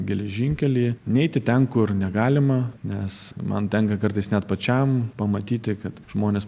geležinkelį neiti ten kur negalima nes man tenka kartais net pačiam pamatyti kad žmonės